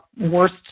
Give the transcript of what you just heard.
worst